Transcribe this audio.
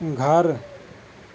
گھر